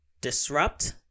disrupt